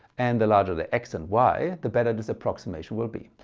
and the larger the x and y the better this approximation will be.